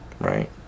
right